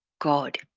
God